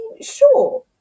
sure